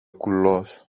κουλός